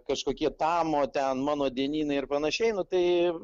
kažkokie tamo ten mano dienynai ir panašiai nu tai